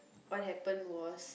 what happened was